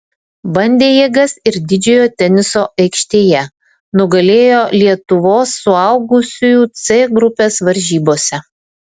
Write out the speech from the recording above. bandė jėgas ir didžiojo teniso aikštėje nugalėjo lietuvos suaugusiųjų c grupės varžybose